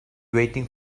waiting